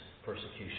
persecution